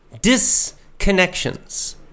Disconnections